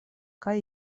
kaj